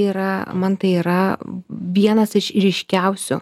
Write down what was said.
yra man tai yra vienas iš ryškiausių